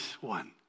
one